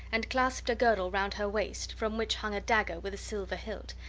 and clasped a girdle round her waist, from which hung a dagger with a silver hilt,